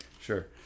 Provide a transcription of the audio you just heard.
Sure